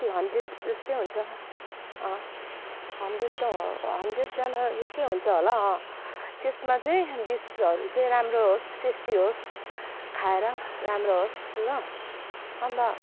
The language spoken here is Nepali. कति हन्ड्रेड जस्तै हुन्छ हन्ड्रेड त हन्ड्रेडजना जस्तै हुन्छ होला त्यसमा चाहिँ डिसहरू चाहिँ राम्रो होस् टेस्टी होस् खाएर राम्रो होस् ल अन्त